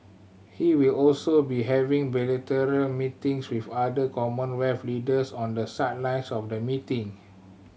he will also be having bilateral meetings with other Commonwealth leaders on the sidelines of the meeting